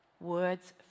Words